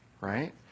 Right